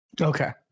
Okay